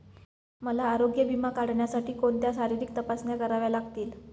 मला आरोग्य विमा काढण्यासाठी कोणत्या शारीरिक तपासण्या कराव्या लागतील?